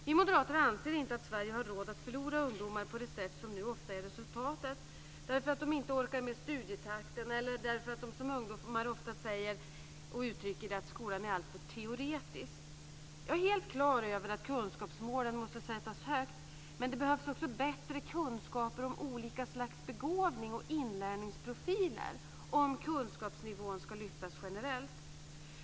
Vi moderater anser inte att Sverige har råd att förlora ungdomar på det sätt som nu ofta blir resultatet, därför att de inte orkar med studietakten eller därför att - som många uttrycker det - skolan är alltför teoretisk. Jag är helt klar över att kunskapsmålen måste sättas högt, men det behövs också bättre kunskaper om olika slags begåvning och inlärningsprofiler, om kunskapsnivån ska lyftas generellt.